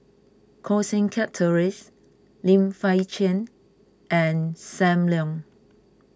Koh Seng Kiat Terence Lim Fei Shen and Sam Leong